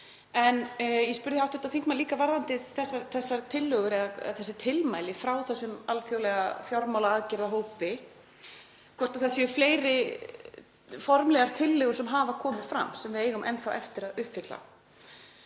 En ég spurði hv. þingmann líka, varðandi þessar tillögur eða tilmæli frá þessum alþjóðlega fjármálaaðgerðahópi, hvort fleiri formlegar tillögur hefðu komið fram sem við eigum enn þá eftir að uppfylla.